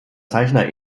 zeichner